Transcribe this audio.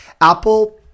Apple